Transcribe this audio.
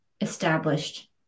established